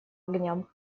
огням